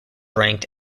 ranked